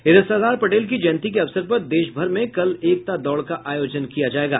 इधर सरदार पटेल की जयंती के अवसर पर देश भर में कल एकता दौड़ का आयोजन किया जायेगा